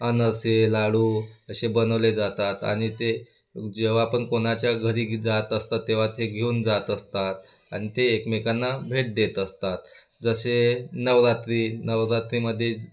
अनारसे लाडू अशे बनवले जातात आणि ते जेव्हा पण कोणाच्या घरी जात असतात तेव्हा ते घेऊन जात असतात आणि ते एकमेकांना भेट देत असतात जसे नवरात्री नवरात्रीमध्ये